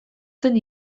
zen